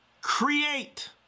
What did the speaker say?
create